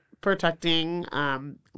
protecting